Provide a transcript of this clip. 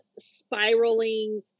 spiraling